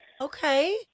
Okay